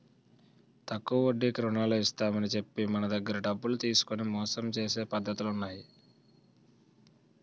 తక్కువ వడ్డీకి రుణాలు ఇస్తామని చెప్పి మన దగ్గర డబ్బులు తీసుకొని మోసం చేసే పద్ధతులు ఉన్నాయి